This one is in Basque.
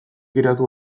geratu